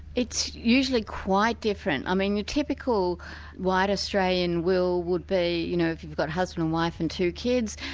it's usually quite different. i mean your typical white australian will would be you know, if you've got husband and wife and two kids,